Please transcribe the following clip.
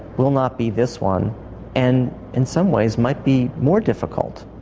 will not be this one and in some ways might be more difficult.